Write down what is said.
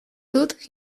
dut